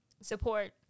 support